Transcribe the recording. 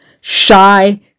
Shy